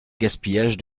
gaspillage